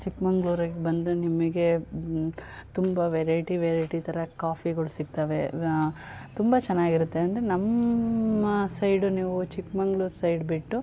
ಚಿಕ್ಕಮಂಗ್ಳೂರಿಗೆ ಬಂದರೆ ನಿಮಗೆ ತುಂಬ ವೆರೈಟಿ ವೆರೈಟಿ ಥರ ಕಾಫಿಗಳು ಸಿಗ್ತವೆ ತುಂಬ ಚೆನ್ನಾಗಿರತ್ತೆ ಅಂದರೆ ನಮ್ಮ ಸೈಡು ನೀವು ಚಿಕ್ಕಮಂಗ್ಳೂರು ಸೈಡ್ ಬಿಟ್ಟು